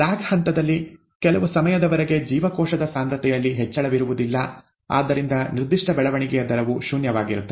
lag ಹಂತದಲ್ಲಿ ಕೆಲವು ಸಮಯದವರೆಗೆ ಜೀವಕೋಶದ ಸಾಂದ್ರತೆಯಲ್ಲಿ ಹೆಚ್ಚಳವಿರುವುದಿಲ್ಲ ಆದ್ದರಿಂದ ನಿರ್ದಿಷ್ಟ ಬೆಳವಣಿಗೆಯ ದರವು ಶೂನ್ಯವಾಗಿರುತ್ತದೆ